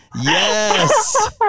Yes